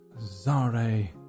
Zare